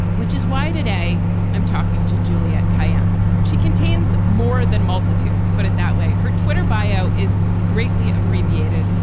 which is why today i'm talking to juliette kayyem. she contains more than multitudes. put it that way. her twitter bio is greatly abbreviated,